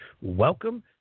Welcome